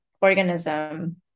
organism